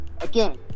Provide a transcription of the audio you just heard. Again